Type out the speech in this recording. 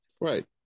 Right